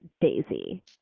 Daisy